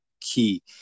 key